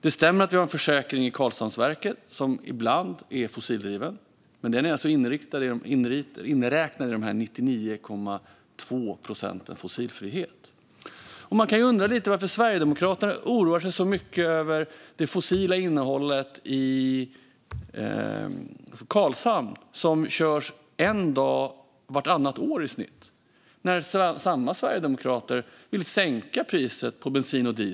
Det stämmer att vi har en försäkring i Karlshamnsverket, som ibland är fossildriven. Men den är alltså inräknad i de 99,2 procenten fossilfrihet. Man kan undra lite varför Sverigedemokraterna oroar sig så mycket över det fossila innehållet i Karlshamnsverket, som körs i snitt en dag vartannat år, när samma sverigedemokrater vill sänka priset på bensin och diesel.